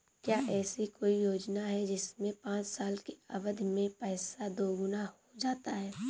क्या ऐसी कोई योजना है जिसमें पाँच साल की अवधि में पैसा दोगुना हो जाता है?